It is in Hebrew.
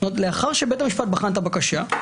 זאת אומרת לאחר שבית המשפט בחן את הבקשה,